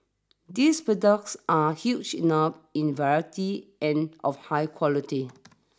these products are huge enough in variety and of high quality